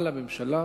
על הממשלה